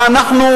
ואנחנו